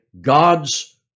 God's